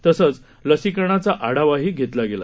तसंच लसीकरणाचा आढावाही घेतला गेला